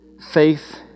faith